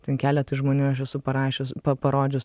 ten keletui žmonių aš esu parašius paparodžius